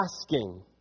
asking